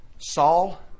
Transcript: Saul